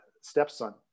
stepson